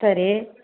சரி